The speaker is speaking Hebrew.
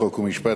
חוק ומשפט,